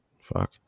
fuck